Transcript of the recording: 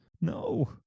No